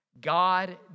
God